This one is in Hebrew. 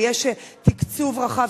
ויש תקצוב רחב,